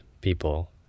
people